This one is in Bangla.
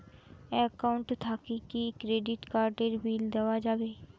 একাউন্ট থাকি কি ক্রেডিট কার্ড এর বিল দেওয়া যাবে?